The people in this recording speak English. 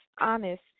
honest